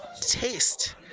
taste